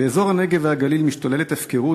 באזורי הנגב והגליל משתוללת הפקרות